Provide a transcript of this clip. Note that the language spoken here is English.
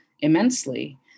immensely